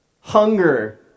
Hunger